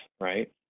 right